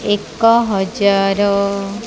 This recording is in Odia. ଏକ ହଜାର